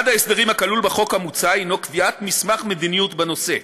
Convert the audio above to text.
אחד ההסדרים הכלולים בחוק המוצע הוא קביעת מסמך מדיניות בנושא.